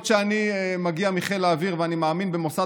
אם זה לא אתה, אני מתנצל.